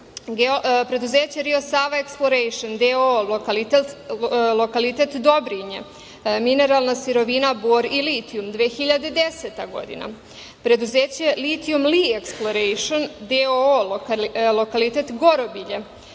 Preduzeće "Rio Sava eksplorejšen doo", lokalitet Dobrinje, mineralna sirovina bor i litijum, 2010. godina, preduzeće "Litijum Li eksplorejšen doo" lokalitet Gorobilje,